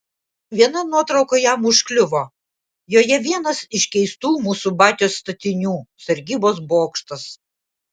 viena nuotrauka jam užkliuvo joje vienas iš keistų mūsų batios statinių sargybos bokštas